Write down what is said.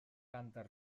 cànters